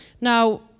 Now